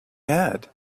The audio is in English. had